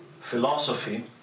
philosophy